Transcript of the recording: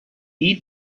eat